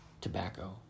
Tobacco